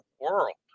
world